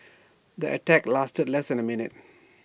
the attack lasted less than A minute